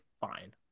fine